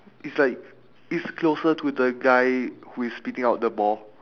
it's like is closer to the guy who is spitting out the ball